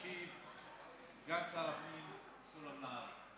ישיב סגן שר הפנים משולם נהרי.